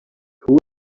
who